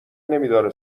نمیداره